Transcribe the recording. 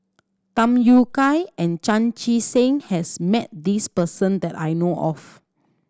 Tham Yui Kai and Chan Chee Seng has met this person that I know of